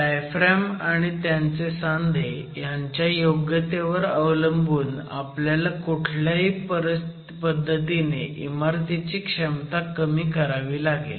diaphragm आणि त्यांचे सांधे ह्यांच्या योग्यतेवर अवलंबून आपल्याला कुठल्याही पध्दतीने इमारतीची क्षमता कमी करावी लागेल